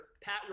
Pat